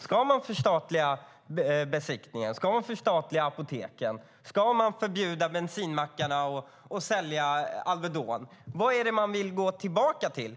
Ska man förstatliga besiktningen? Ska man förstatliga apoteken och förbjuda bensinmackarna att sälja Alvedon? Vad är det man vill gå tillbaka till?